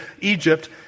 Egypt